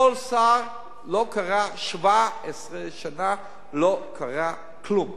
17 שנה לא קרה כלום.